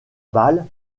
balle